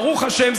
ברוך השם,